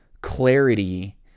clarity